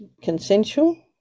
consensual